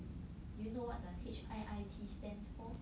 do you know what does H_I_I_T stand for?